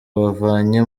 bavanye